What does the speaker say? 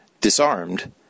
Disarmed